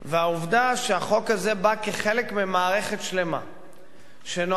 והעובדה שהחוק הזה בא כחלק ממערכת שלמה שנועדה